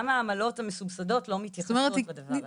גם העמלות המסובסדות לא מתייחסות לדבר הזה.